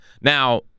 Now